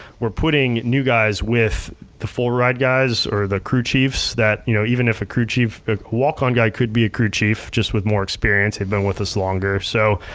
we're putting new guys with the full ride guys or the crew chiefs that, you know even if a crew chief, a walk on guy could be a crew chief, just with more experience, he'd been with us longer. so,